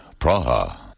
Praha